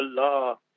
Allah